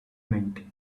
meant